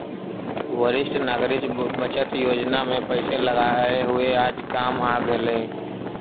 वरिष्ठ नागरिक बचत योजना में पैसे लगाए हुए आज काम आ गेलइ